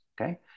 Okay